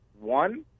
One